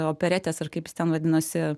operetės ar kaip jis ten vadinosi